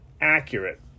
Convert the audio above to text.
accurate